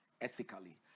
ethically